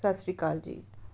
ਸਤਿ ਸ਼੍ਰੀ ਅਕਾਲ ਜੀ